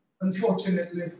Unfortunately